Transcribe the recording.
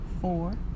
four